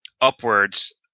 upwards